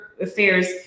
affairs